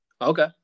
Okay